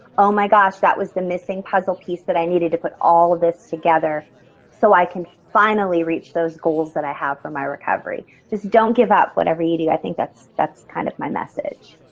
oh my gosh that was the missing puzzle piece that i needed to put all of this together so i can finally reach those goals that i have for my recovery. just don't give up whatever you do. i think that's that's kind of my message.